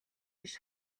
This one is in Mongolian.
биш